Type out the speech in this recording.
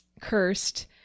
cursed